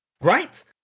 Right